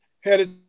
headed